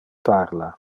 parla